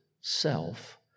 self